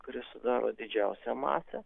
kuri sudaro didžiausią masę